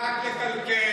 מר שטרן, אתה יודע רק לקלקל.